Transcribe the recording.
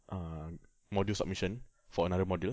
uh module submission for another module